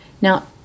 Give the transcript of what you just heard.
Now